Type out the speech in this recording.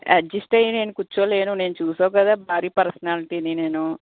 adjust అయ్యి నేను కూర్చోలేను నేను చూసావు కదా బారీ పర్సనాలిటీని నేను